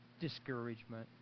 discouragement